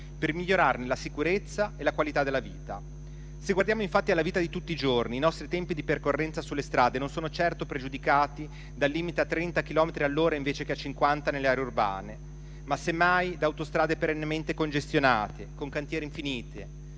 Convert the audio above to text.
per migliorarne la sicurezza e la qualità della vita. Se guardiamo infatti alla vita di tutti i giorni, i nostri tempi di percorrenza sulle strade non sono certo pregiudicati dal limite a 30 chilometri all'ora invece che a 50 nelle aree urbane, ma semmai da autostrade perennemente congestionate con cantieri infiniti.